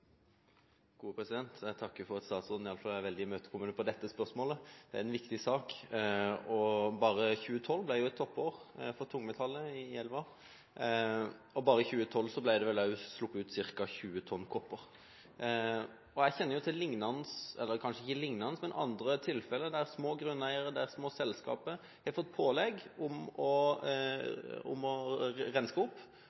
Jeg takker for at statsråden er veldig imøtekommende iallfall på dette spørsmålet. Det er en viktig sak. 2012 ble et toppår for tungmetaller i elva, og bare i 2012 ble det vel også sluppet ut ca. 20 tonn kopper. Jeg kjenner til andre tilfeller der små grunneiere og små selskaper har fått pålegg om å